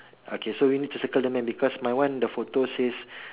okay so we need to circle the man because my one the photo says